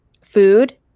food